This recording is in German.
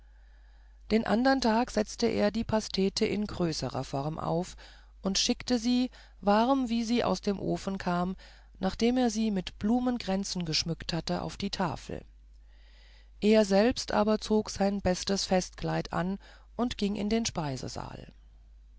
den andern tag setzte er die pastete in größerer form auf und schickte sie warm wie sie aus dem ofen kam nachdem er sie mit blumenkränzen geschmückt hatte auf die tafel er selbst aber zog sein bestes festkleid an und ging in den speisesaal